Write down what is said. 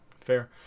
fair